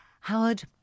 Howard